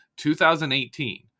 2018